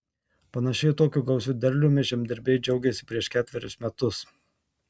panašiai tokiu gausiu derliumi žemdirbiai džiaugėsi prieš ketverius metus